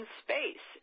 space